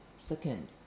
second